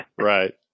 right